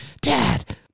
Dad